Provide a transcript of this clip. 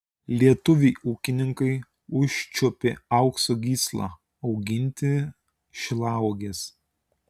lietuviai ūkininkai užčiuopė aukso gyslą auginti šilauoges